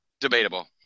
Debatable